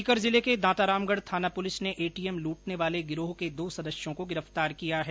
सीकर जिले की दांतारामगढ थाना पुलिस ने एटीएम लूटने वाले गिरोह के दो सदस्यों को गिरफ्तार किया है